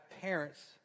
parents